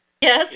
Yes